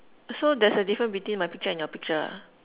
so there's a different between my picture and your picture ah